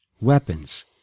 weapons